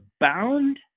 bound